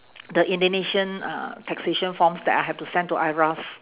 the indonesian uh taxation forms that I have to send to IRAS